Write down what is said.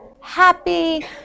happy